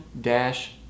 dash